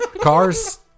Cars